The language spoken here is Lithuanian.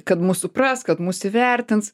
kad mus supras kad mus įvertins